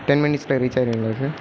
ten மினிட்ஸில் reach ஆகிடுவீங்களா sir